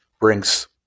brings